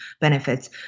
benefits